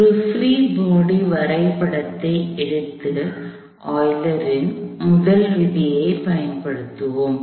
ஒரு free body வரைபடத்தை எடுத்து ஆய்லரின் முதல் விதியைப் பயன்படுத்துவோம்